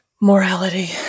Morality